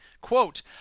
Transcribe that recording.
Quote